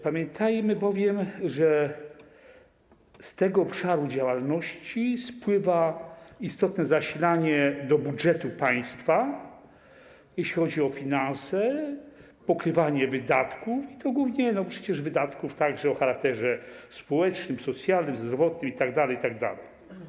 Pamiętajmy bowiem, że z tego obszaru działalności spływa istotne zasilanie budżetu państwa, jeśli chodzi o finanse, pokrywanie wydatków, głównie przecież wydatków o charakterze społecznym, socjalnym, zdrowotnym itd., itd.